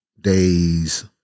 days